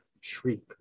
shriek